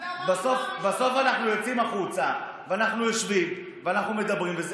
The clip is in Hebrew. בסוף אנחנו יוצאים החוצה ויושבים ומדברים.